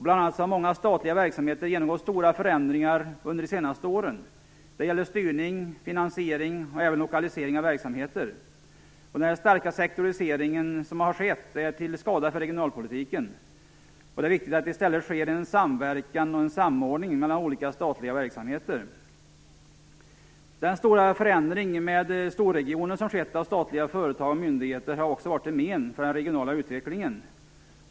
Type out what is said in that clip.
Bl.a. har många statliga verksamheter genomgått stora förändringar under de senaste åren. Det gäller styrning, finansiering och även lokalisering av verksamheter. Den starka sektorisering som har skett är till skada för regionalpolitiken. Det är viktigt att det i stället sker en samverkan och en samordning mellan olika statliga verksamheter. Den stora förändring med storregioner som har skett inom statliga företag och myndigheter har också varit till men för den regionala utvecklingen.